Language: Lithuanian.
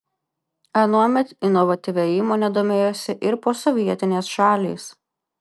anuomet inovatyvia įmone domėjosi ir posovietinės šalys